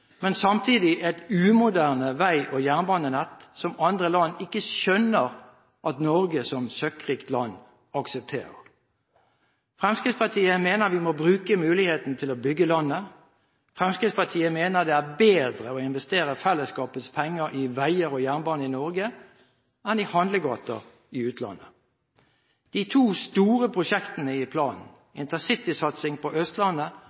men samtidig et umoderne vei- og jernbanenett som andre land ikke skjønner at Norge som et søkkrikt land aksepterer. Fremskrittspartiet mener vi må bruke muligheten til å bygge landet. Fremskrittspartiet mener det er bedre å investere fellesskapets penger i veier og jernbane i Norge enn i handlegater i utlandet. De to store prosjektene i planen, intercitysatsingen på Østlandet